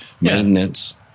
maintenance